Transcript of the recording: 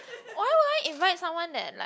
why would I invite someone that like